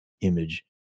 image